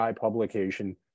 publication